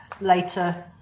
later